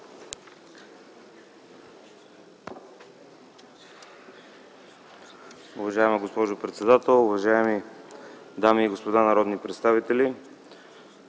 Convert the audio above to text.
Уважаема госпожо председател, уважаеми дами и господа народни представители!